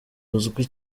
uzwi